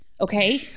Okay